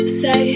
say